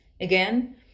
again